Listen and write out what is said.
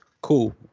Cool